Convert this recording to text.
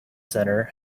center